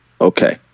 Okay